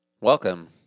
Welcome